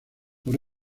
por